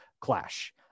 clash